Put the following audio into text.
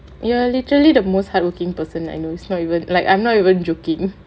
you are literally the most hardworking person I know it's not even like I'm not even joking